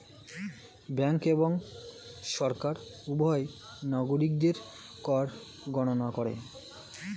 bank এবং সরকার উভয়ই নাগরিকদের কর গণনা করে